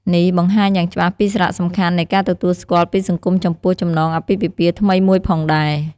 នេះបង្ហាញយ៉ាងច្បាស់ពីសារៈសំខាន់នៃការទទួលស្គាល់ពីសង្គមចំពោះចំណងអាពាហ៍ពិពាហ៍ថ្មីមួយផងដែរ។